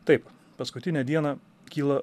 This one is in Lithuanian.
taip paskutinę dieną kyla